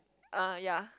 uh yea